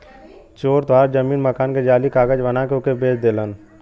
चोर तोहार जमीन मकान के जाली कागज बना के ओके बेच देलन